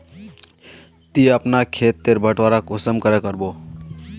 ती अपना खेत तेर बटवारा कुंसम करे करबो?